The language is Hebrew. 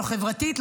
לא חברתית,